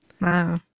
Wow